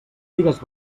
digues